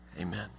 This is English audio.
amen